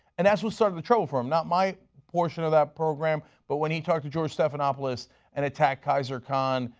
and that is what started the trouble for him, not my portion of that program but when he talked to george stephanopoulos and attacked khizr khan.